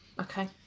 okay